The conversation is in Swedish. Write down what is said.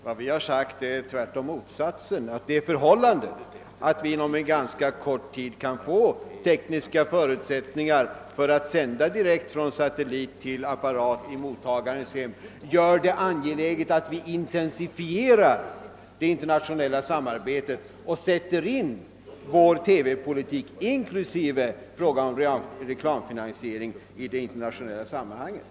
Vad vi har sagt är i själva verket motsatsen, nämligen att det förhållandet att det inom en ganska kort tid kan föreligga tekniska förutsättningar för sändning direkt från satellit till apparaten i mottagarens hem gör det angeläget att vi intensifierar det internationella samarbetet och sätter in vår TV-politik — inklusive frågan om reklamfinansiering — i det internationella sammanhanget.